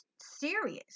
serious